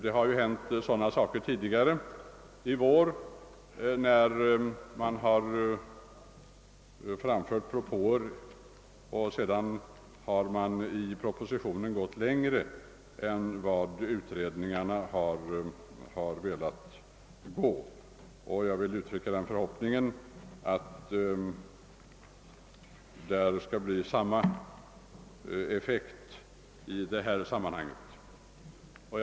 Det har tidigare i vår inträffat att man i propositionen gått längre än vad som föreslagits i den föregående utredningen. Jag vill uttrycka den förhoppningen att det skall bli samma förhållande i denna fråga.